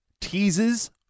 teases